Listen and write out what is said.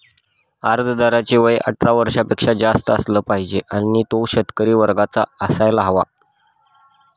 अर्जदाराचे वय अठरा वर्षापेक्षा जास्त असलं पाहिजे आणि तो शेतकरी वर्गाचा असायला हवा